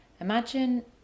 Imagine